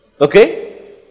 okay